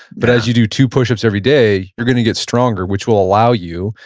but as you do two push-ups every day, you're going to get stronger, which will allow you,